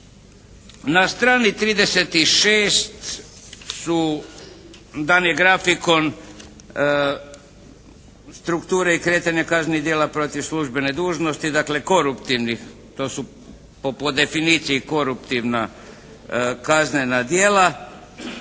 Na strani 36 dan je grafikon strukture i kretanja kaznenih djela protiv službene dužnosti, dakle koruptivnih, to su po definiciji koruptivna kaznena djela